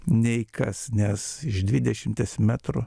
nei kas nes iš dvidešimties metrų